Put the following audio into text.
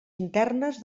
internes